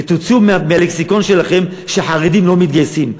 ותוציאו מהלקסיקון שלכם שחרדים לא מתגייסים.